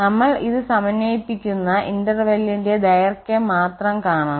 നമ്മൾ ഇത് സമന്വയിപ്പിക്കുന്ന ഇന്റർവെല്ലിന്റെ ദൈർഘ്യം മാത്രം കാണണം